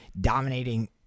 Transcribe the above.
dominating